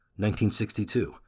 1962